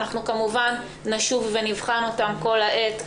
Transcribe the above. ואנחנו כמובן נשוב ונבחן אותן כל העת,